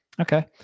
Okay